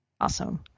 Awesome